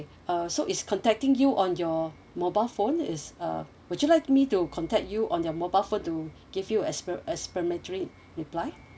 uh so is contacting you on your mobile phone is uh would you like me to contact you on your mobile phone to give you explain~ explanatory reply